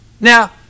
Now